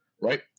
right